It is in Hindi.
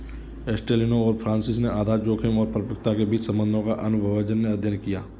एस्टेलिनो और फ्रांसिस ने आधार जोखिम और परिपक्वता के बीच संबंधों का अनुभवजन्य अध्ययन किया